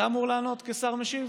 אתה אמור לענות כשר משיב?